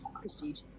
prestige